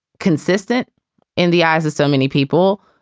consistent in the eyes of so many people,